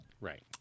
Right